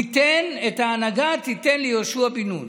את ההנהגה תיתן ליהושע בן-נון.